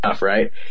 right